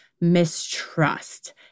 mistrust